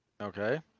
Okay